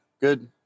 good